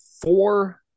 four